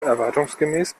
erwartungsgemäß